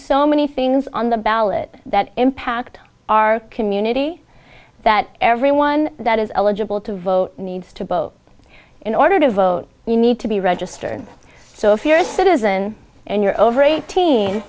so many things on the ballot that impact our community that everyone that is eligible to vote needs to vote in order to vote you need to be registered so if you're a citizen and you're over eighteen